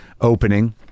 opening